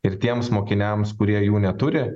ir tiems mokiniams kurie jų neturi